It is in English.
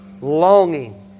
longing